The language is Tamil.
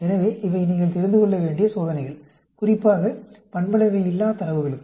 எனவே இவை நீங்கள் தெரிந்து கொள்ள வேண்டிய சோதனைகள் குறிப்பாக பண்பளவையில்லா தரவுகளுக்கு